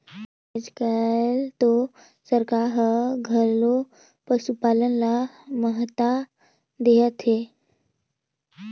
आयज कायल तो सरकार हर घलो पसुपालन ल महत्ता देहत हे